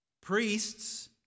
Priests